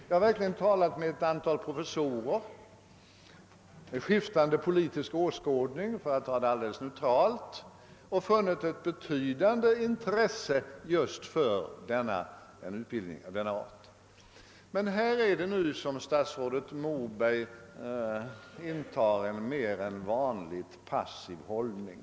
Jag har talat med ett antal professorer — för att vara alldeles neutral valde jag sådana med skiftande politisk åskådning — och därvid funnit ett betydande intresse för en examen med en utbildning av just det här slaget. Härvidlag intar emellertid statsrådet Moberg en mer än vanligt passiv hållning.